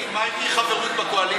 תגיד, מה עם חברות בקואליציה?